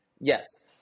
Yes